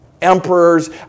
Emperors